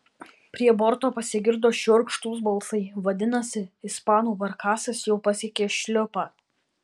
prie borto pasigirdo šiurkštūs balsai vadinasi ispanų barkasas jau pasiekė šliupą